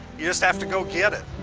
you just have to go get it.